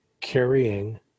carrying